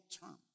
term